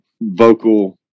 vocal